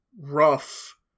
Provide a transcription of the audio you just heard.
rough